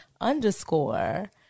underscore